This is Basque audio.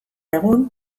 egun